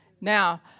Now